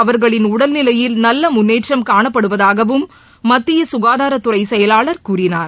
அவர்களின் உடல்நிலையில் நல்ல முன்னேற்றம் காணப்படுவதாகவும் மத்திய சுகாதாரத்துறை செயலாளர் கூறினார்